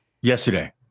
Yesterday